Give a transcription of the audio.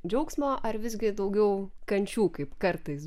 džiaugsmo ar visgi daugiau kančių kaip kartais